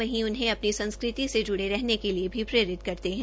वहीं उन्हें अपनी संस्कृति से जूड़े रहने के लिए भी प्रेरित करते है